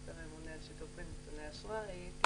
מצוות הממונה על שיתוף בנתוני אשראי.